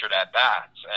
at-bats